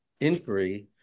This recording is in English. inquiry